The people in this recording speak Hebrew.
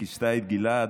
שכיסתה את גלעד,